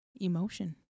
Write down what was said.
emotion